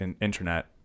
internet